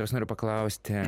aš noriu paklausti